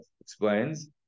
explains